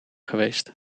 geweest